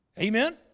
Amen